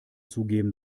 zugeben